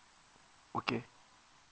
okay